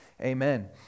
Amen